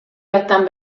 hartan